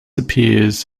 appears